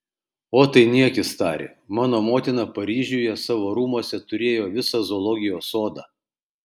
o tai niekis tarė mano motina paryžiuje savo rūmuose turėjo visą zoologijos sodą